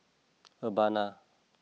Urbana